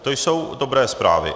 To jsou dobré zprávy.